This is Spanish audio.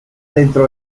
dentro